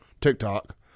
TikTok